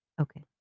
okay